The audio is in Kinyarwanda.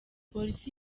polisi